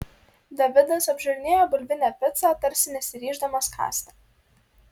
davidas apžiūrinėjo bulvinę picą tarsi nesiryždamas kąsti